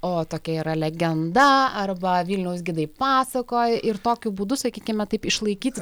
o tokia yra legenda arba vilniaus gidai pasakoja ir tokiu būdu sakykime taip išlaikyti